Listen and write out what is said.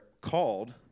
called